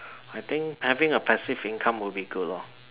I think having a passive income would be good lor